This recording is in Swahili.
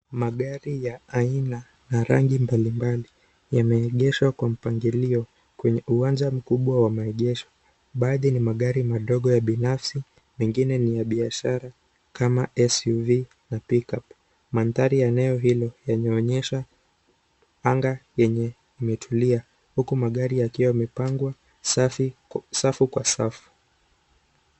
Magari ya aina na rangi mbalimbali yameegeshwa kwa mpangilio kwenye uwanja mkubwa wa maegesho. Baadhi ni magari madogo ya binafsi mengine ni ya biashara kama SUV na Pickup. Manthari ya eneo hilo yanaonyesha anga yenye imetulia. Huku magari yakiwa yamepangwa safu kwa safu.